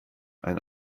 ein